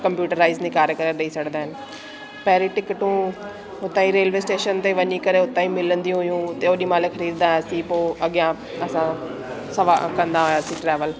computerise निकारे करे ॾेई छॾंदा आहिनि पहिरियों टिकटूं हुतां ई रेलवे स्टेशन ते वञी करे उता ई मिलंदी हुयूं ओहिड़ी महिल ॾींदासीं पोइ अॻियां असां सवा कंदा हुआसीं ट्रैवल